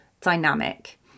dynamic